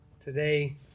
today